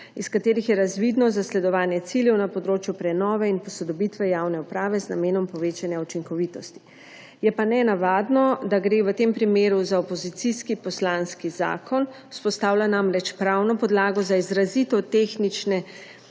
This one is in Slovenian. iz katerih je razvidno zasledovanje ciljev na področju prenove in posodobitve javne uprave z namenom povečanja učinkovitosti. Je pa nenavadno, da gre v tem primeru za opozicijski poslanski zakon. Vzpostavlja namreč pravno podlago za izrazito tehnične